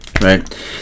right